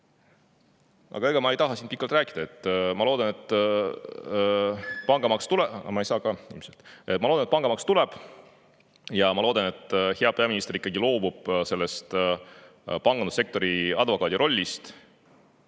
Aga ega ma ei taha siin pikalt rääkida. Ma loodan, et pangamaks tuleb, ja ma loodan, et hea peaminister ikkagi loobub sellest pangandussektori advokaadi rollist